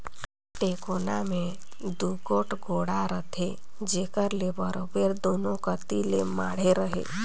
टेकोना मे दूगोट गोड़ा रहथे जेकर ले बरोबेर दूनो कती ले माढ़े रहें